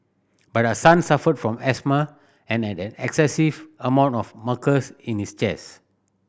but her son suffered from asthma and had an excessive amount of mucus in his chest